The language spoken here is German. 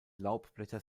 laubblätter